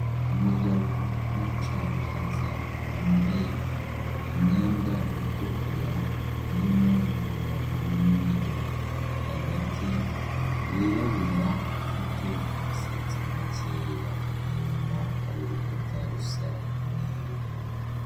Umugabo w’umucamanza wambaye imyenda itukura, irimo umurongo w’umweru hagati wirabura ufite umusatsi mukeya. Inyuma har’urukuta rusa umweru.